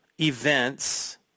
events